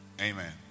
Amen